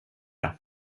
det